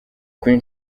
queen